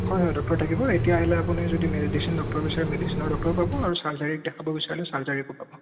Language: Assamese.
হয় হয় ডক্টৰ থাকিব এতিয়া আহিলে আপুনি যদি মেডিচিন ডক্টৰ বিচাৰে মেডিচিনৰ ডক্টৰ পাব আৰু চাৰ্জাৰীক দেখাব বিচাৰিলে চাৰ্জাৰীকো পাব